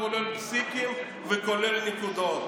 כולל פסיקים וכולל נקודות.